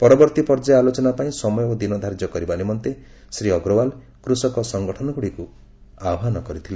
ପରବର୍ତ୍ତୀ ପର୍ଯ୍ୟାୟ ଆଲୋଚନା ପାଇଁ ସମୟ ଓ ଦିନ ଧାର୍ଯ୍ୟ କରିବା ନିମନ୍ତେ ଶ୍ରୀ ଅଗ୍ରୱାଲ୍ କୃଷକ ସଙ୍ଗଠନଗୁଡ଼ିକୁ ଆହ୍ୱାନ କରିଥିଲେ